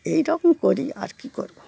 এই রকম করি আর কী করবো